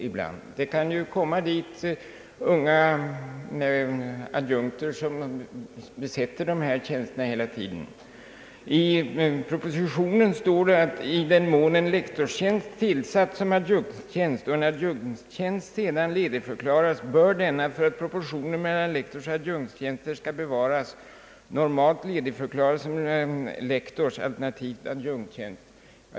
Lektorstjänster kan komma att besättas av unga adjunkter hela tiden. I propositionen står det, att i den mån en lektorstjänst tillsatts som adjunktstjänst och en adjunktstjänst sedan ledigförklaras, bör denna, för att proportionen mellan lektorsoch adjunktstjänster skall bevaras, normalt ledigförklaras som en lektorsalternativt adjunktstjänst.